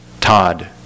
Todd